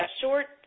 short